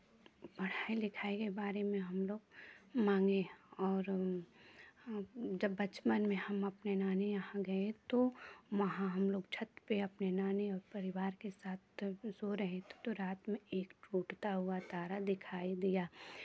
पढ़ाई लिखाई के बारे में हमलोग मांगे और जब बचपन में हम अपने नानी यहाँ गए तो वहाँ हमलोग छत पे अपने नानी और परिवार के साथ सो रहे थे तो रात में एक टूटता हुआ तारा दिखाई दिया